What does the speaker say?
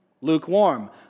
lukewarm